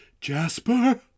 Jasper